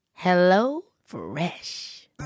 HelloFresh